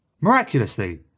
Miraculously